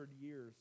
years